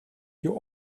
you